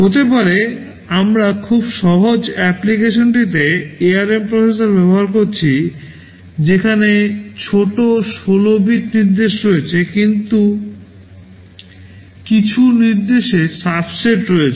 হতে পারে আমরা খুব সহজ অ্যাপ্লিকেশনটিতে ARM প্রসেসর ব্যবহার করছি যেখানে ছোট 16 bit নির্দেশ রয়েছে কিছু নির্দেশের সাবসেট রয়েছে